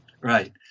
right